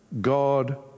God